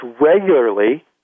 regularly